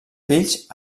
fills